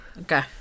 Okay